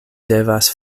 devas